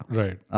right